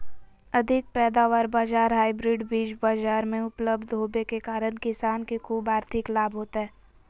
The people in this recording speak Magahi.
अधिक पैदावार वाला हाइब्रिड बीज बाजार मे उपलब्ध होबे के कारण किसान के ख़ूब आर्थिक लाभ होतय